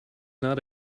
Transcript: not